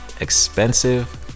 expensive